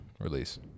release